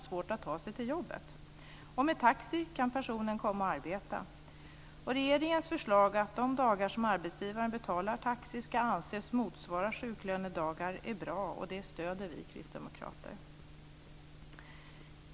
Ett exempel är Karolinska Institutet.